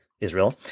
Israel